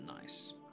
nice